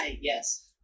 Yes